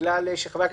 ב-2015